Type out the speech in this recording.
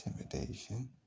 intimidation